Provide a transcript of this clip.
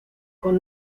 con